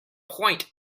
point